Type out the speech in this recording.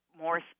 more